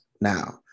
now